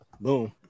boom